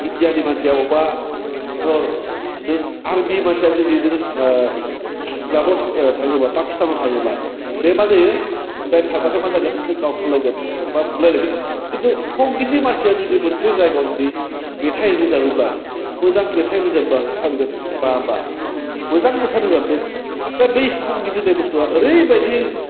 इण्डियानि मानसिया अबा दल नों आंनि मानसिया जुदि नों माबा थां पाकिस्टानाव थाङोब्ला बे मा जायो दा थांबाथाय मा जोगोन बिसोर गावथारलायगोन बा बुलायगोन खिन्थु हंगितनि मानसिया जुदि मोनसे जायगायाव जुदि मेथाइ रोजाबोब्ला मोजां मेथाइ रोजाबबा होनगोन बा बा मोजां मेथाइ रोजाबदों दा बै हंगित होन्नाय बुस्थुआ ओरैबायदि